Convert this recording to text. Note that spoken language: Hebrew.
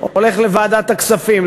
שהולך לוועדת הכספים.